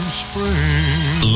spring